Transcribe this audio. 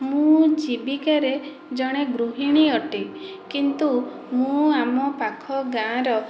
ମୁଁ ଜୀବିକାରେ ଜଣେ ଗୃହିଣୀ ଅଟେ କିନ୍ତୁ ମୁଁ ଆମ ପାଖ ଗାଁର